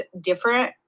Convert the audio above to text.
different